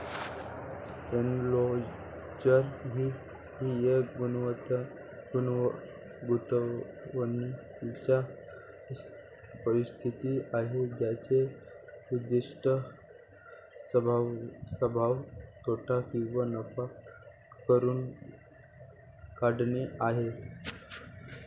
enclosure ही एक गुंतवणूकीची परिस्थिती आहे ज्याचे उद्दीष्ट संभाव्य तोटा किंवा नफा भरून काढणे आहे